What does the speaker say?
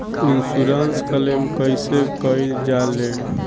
Insurance claim कइसे कइल जा ले?